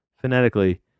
phonetically